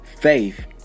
faith